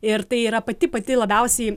ir tai yra pati pati labiausiai